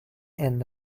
end